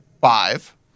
Five